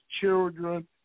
children